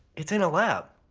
it's in a lab.